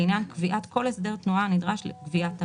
לעניין קביעת כל הסדר תנועה הנדרש לגביית המס."